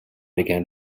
began